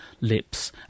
lips